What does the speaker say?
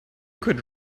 could